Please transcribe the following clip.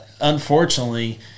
unfortunately